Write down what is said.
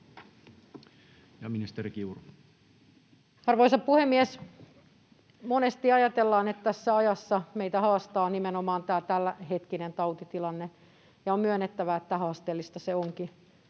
Arvoisa puhemies! Monesti ajatellaan, että tässä ajassa meitä haastaa nimenomaan tämänhetkinen tautitilanne, ja on myönnettävä, että haasteellista se onkin.